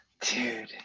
dude